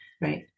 right